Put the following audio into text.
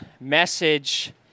message